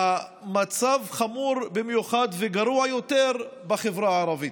שהמצב חמור במיוחד וגרוע יותר בחברה הערבית.